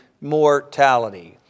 mortality